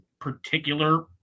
particular